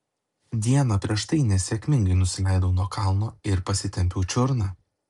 dieną prieš tai nesėkmingai nusileidau nuo kalno ir pasitempiau čiurną